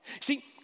See